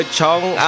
Chong